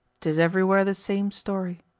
tis everywhere the same story.